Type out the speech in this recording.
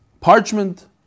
parchment